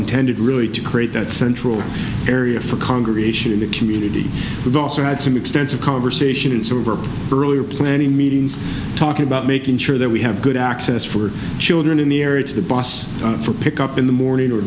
intended really to create that central area for congregation in the community who also had some extensive conversation and so earlier planning meetings talking about making sure that we have good access for children in the area to the boss for pick up in the morning or